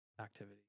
activity